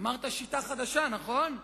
אמרת שיטה חדשה, נכון?